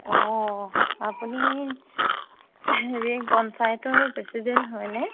অঁ আপুনি হেৰি পঞ্চায়তৰ প্ৰেচিডেণ্ট হয়নে